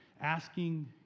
asking